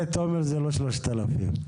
עליו להסכמה.